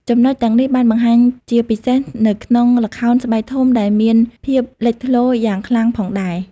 ចំណុចទាំងនេះបានបង្ហាញជាពិសេសនៅក្នុងល្ខោនស្បែកធំដែលមានភាពលេចធ្លោយ៉ាងខ្លាំងផងដែរ ។